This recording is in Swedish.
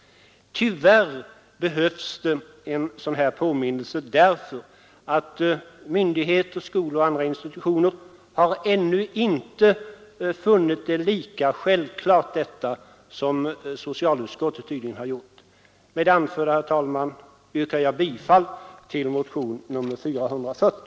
Tyvärr behövs en sådan påminnelse därför att myndigheter, skolor och andra institutioner ännu inte har funnit detta lika självklart som socialutskottet tydligen har gjort. Med det anförda, herr talman, yrkar jag bifall till motionen 440.